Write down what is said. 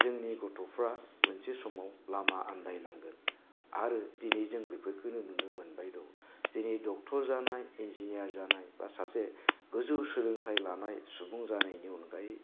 जोंनि गथ'फ्रा मोनसे समाव लामा आनदाय नांगोन आरो दिनै जों बेफोरखौनो नुनो मोनबाय दं दिनै दक्ट'र जानाय इन्जिनियार जानाय बा सासे गोजौ सोलोंथाइ लानाय सुबुं जानायनि अनगायै